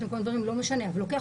יש להם כל מיני דברים,